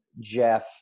Jeff